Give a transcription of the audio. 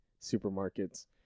supermarkets